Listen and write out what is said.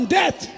death